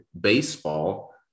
baseball